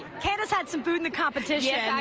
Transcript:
candice had some food in the competition. yeah